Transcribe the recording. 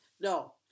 no